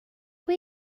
they